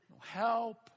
help